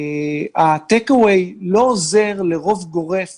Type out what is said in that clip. הטייק-אווי לא עוזר לרוב גורף